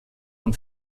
von